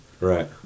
Right